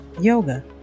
Yoga